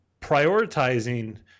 prioritizing